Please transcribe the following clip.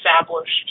established